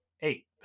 eight